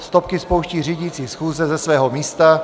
Stopky spouští řídící schůze ze svého místa.